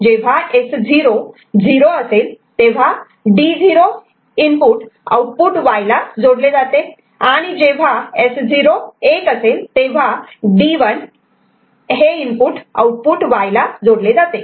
जेव्हा S0 0 तेव्हा D0 output Y ला जोडले जाते आणि जेव्हा S0 1 तेव्हा D1 आउटपुट Y ला जोडले जाते